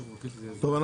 טוב,